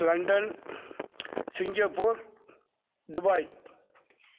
London Singapore Dubai